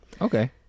Okay